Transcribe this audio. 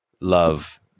love